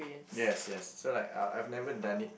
yes yes so like I've never done it